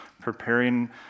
preparing